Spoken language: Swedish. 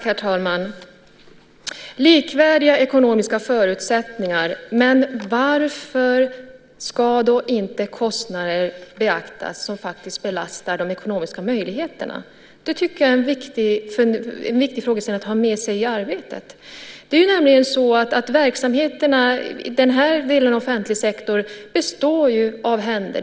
Herr talman! Likvärdiga ekonomiska förutsättningar - men varför ska då inte kostnader beaktas som faktiskt belastar de ekonomiska möjligheterna? Det tycker jag är en viktig frågeställning att ha med sig i arbetet. Det är nämligen så att verksamheterna i den här delen av offentlig sektor består av händer.